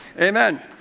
Amen